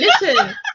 Listen